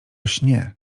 śnie